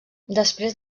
després